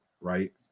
right